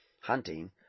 Hunting